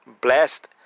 blessed